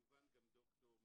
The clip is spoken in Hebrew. וכמובן גם ד"ר מתתיהו,